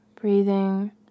breathing